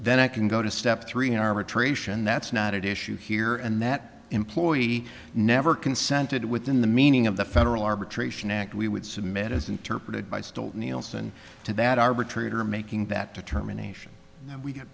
then i can go to step three in arbitration that's not issue here and that employee never consented within the meaning of the federal arbitration act we would submit as interpreted by still nielsen to that arbitrator making that determination we get